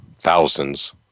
thousands